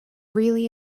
really